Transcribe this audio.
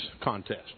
contest